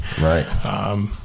right